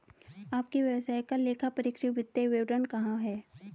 आपके व्यवसाय का लेखापरीक्षित वित्तीय विवरण कहाँ है?